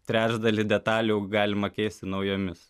trečdalį detalių galima keisti naujomis